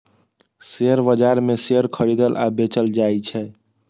share बाजार मे share खरीदल आ बेचल जाइ छै